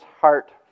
heart